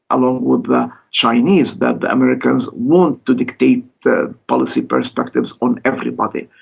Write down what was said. along with the chinese, that the americans want to dictate the policy perspectives on everybody.